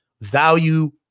value